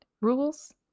Rules